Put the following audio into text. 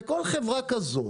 לכל חברה כזאת